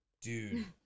Dude